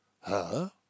Her